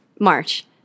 March